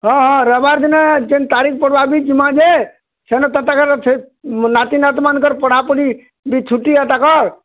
ହଁ ହଁ ରଇବାର୍ ଦିନ ଜେନ୍ ତାରିଖ୍ ପଡ଼ବାବି ଯିମାଁ ଯେ ସେନ ତ ତାଙ୍କର୍ ନାତୀ ନାତୁଣୀମାନଙ୍କର୍ ପଢ଼ାପୁଢ଼ି ବି ଛୁଟି ହେ ତାକର୍